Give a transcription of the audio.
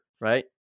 right